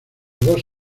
dos